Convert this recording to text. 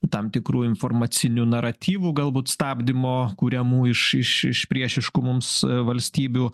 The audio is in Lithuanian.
tam tikrų informacinių naratyvų galbūt stabdymo kuriamų iš iš iš priešiškų mums valstybių